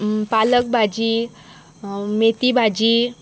पालक भाजी मेथी भाजी